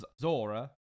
zora